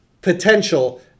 potential